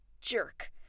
jerk